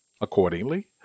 Accordingly